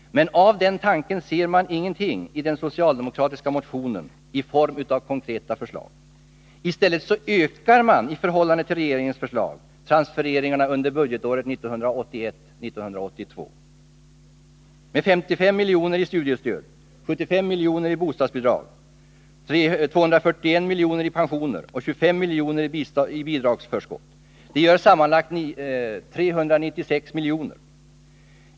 Men av den tanken ser man ingenting i den socialdemokratiska motionen i form av konkreta förslag. I stället ökar man i förhållande till regeringens förslag transfereringarna budgetåret 1981/82 med 55 miljoner i studiestöd, 75 miljoner i bostadsbidrag, 241 miljoner i pensioner och 25 miljoner i bidragsförskott. Det gör sammanlagt 396 miljoner.